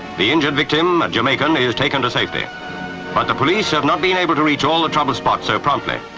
the injured victim, a jamaican, is taken to safety. but the police have not been able to reach all the trouble spots so promptly,